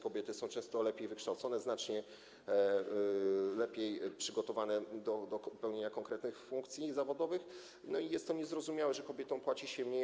Kobiety są często lepiej wykształcone, znacznie lepiej przygotowane do pełnienia konkretnych funkcji zawodowych i jest to niezrozumiałe, że kobietom płaci się mniej.